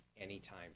anytime